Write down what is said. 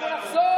הביא את ההחלטה.